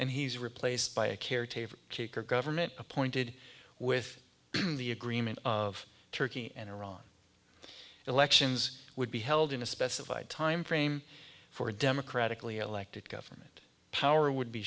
and he's replaced by a caretaker kicker government appointed with the agreement of turkey and iran elections would be held in a specified time frame for a democratically elected government power would be